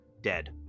dead